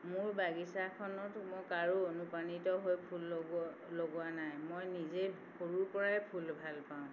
মোৰ বাগিচাখনত মই কাৰোঁ অনুপ্ৰাণিত হৈ ফুল লগো লগোৱা নাই মই নিজেই সৰুৰ পৰাই ফুল ভাল পাওঁ